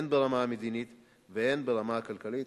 הן ברמה המדינית והן ברמה הכלכלית.